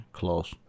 close